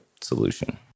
solution